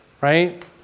Right